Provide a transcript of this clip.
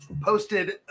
posted